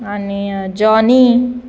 आनी जॉनी